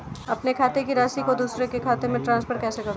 अपने खाते की राशि को दूसरे के खाते में ट्रांसफर कैसे करूँ?